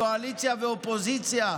קואליציה ואופוזיציה.